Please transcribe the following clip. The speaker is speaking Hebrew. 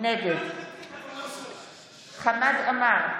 נגד חמד עמאר,